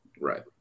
right